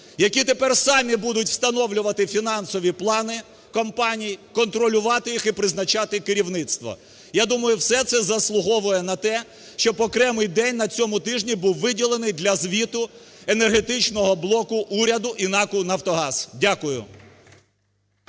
які тепер самі будуть встановлювати фінансові плани компаній, контролювати їх і призначати керівництво. Я думаю, все це заслуговує на те, щоб окремий день на цьому тижні був виділений для звіту енергетичного блоку уряду і НАКу "Нафтогаз". Дякую.